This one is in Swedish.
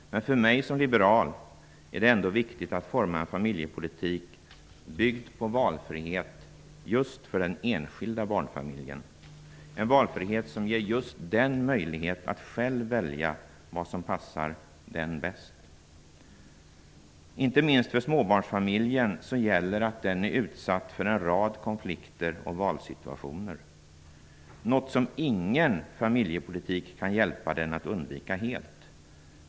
Men för mig som liberal är det ändå viktigt att forma en familjepolitik som är byggd på valfrihet just för den enskilda barnfamiljen -- en valfrihet som ger möjlighet att själv välja vad som passar familjen bäst. Inte minst småbarnsfamiljen är utsatt för en rad konflikter och valsituationer, något som ingen familjepolitik kan hjälpa den att undvika helt.